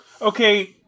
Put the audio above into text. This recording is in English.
Okay